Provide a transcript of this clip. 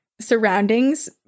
surroundings